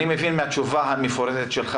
אני מבין מהתשובה המפורטת שלך